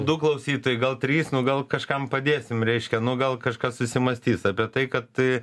du klausytojai gal trys nu gal kažkam padėsim reiškia nu gal kažkas susimąstys apie tai kad tai